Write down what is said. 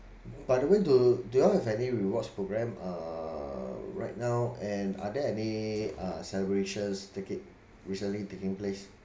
by the way do do you all have any rewards programme um right now and are there any uh celebrations taki~ recently taking place